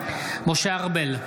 ארבל,